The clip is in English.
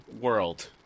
World